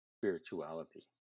spirituality